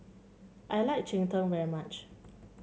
I like Cheng Tng very much